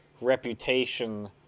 reputation